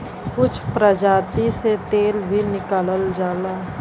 कुछ प्रजाति से तेल भी निकालल जाला